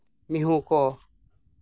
ᱢᱤᱭᱦᱩ ᱠᱚ